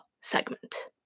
segment